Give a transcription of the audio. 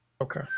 Okay